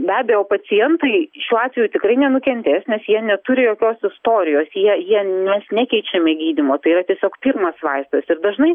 be abejo pacientai šiuo atveju tikrai nenukentės nes jie neturi jokios istorijos jie jie mes nekeičiame gydymo tai yra tiesiog pirmas vaistas ir dažnai